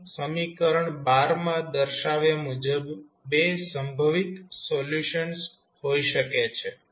અહીં સમીકરણ માં દર્શાવ્યા મુજબ બે સંભવિત સોલ્યુશન્સ હોઈ શકે છે